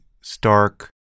stark